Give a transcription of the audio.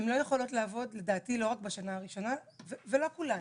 הן לא יכולות לעבוד לדעתי לא רק בשנה הראשונה ולא כולן